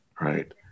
Right